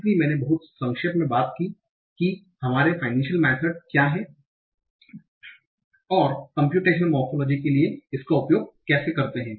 इसलिए मैंने बहुत संक्षेप में बात की है कि हमारे फाइनेंशल मेथड्स क्या हैं और आप कम्प्यूटेशनल मोरफोलोजी के लिए इसका उपयोग कैसे करते हैं